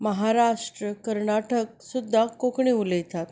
महाराष्ट्र कर्नाटक सुद्दा कोंकणी उलयतात